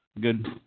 good